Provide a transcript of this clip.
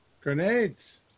grenades